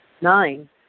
Nine